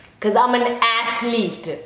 cause i'm an athlete.